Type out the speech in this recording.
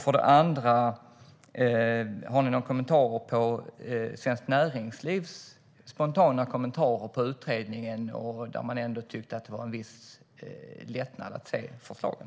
För det andra: Har ni några kommentarer till Svenskt Näringslivs spontana kommentarer på utredningen, där man ändå tyckte att det var en viss lättnad att se förslagen?